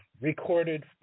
Recorded